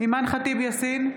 אימאן ח'טיב יאסין,